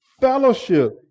fellowship